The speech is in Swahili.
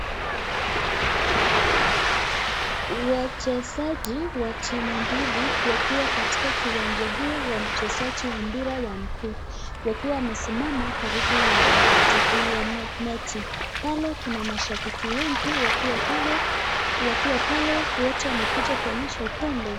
Wachezaji wa timu mbili wakiwa katika kiwanja hiyo ya uchezaji wa mpira ya mguu wakiwa wamesimama karibu ya neti pale ni mashabiki wengi wakiwa pale wote wamekuja kuonyesha upendo.